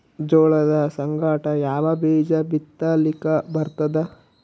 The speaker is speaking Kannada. ಜೋಳದ ಸಂಗಾಟ ಯಾವ ಬೀಜಾ ಬಿತಲಿಕ್ಕ ಬರ್ತಾದ?